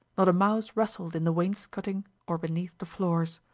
not a mouse rustled in the wainscoting or beneath the floors,